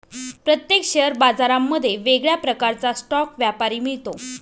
प्रत्येक शेअर बाजारांमध्ये वेगळ्या प्रकारचा स्टॉक व्यापारी मिळतो